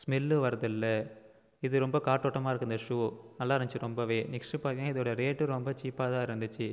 ஸ்மெல்லும் வரதில்லை இது ரொம்ப காற்றோட்டமா இருக்குது இந்த ஷூ நல்லா இருந்துச்சு ரொம்பவே நெக்ஸ்ட்டு பார்த்தீங்கன்னா இதோடய ரேட்டும் ரொம்ப சீப்பாக தான் இருந்துச்சு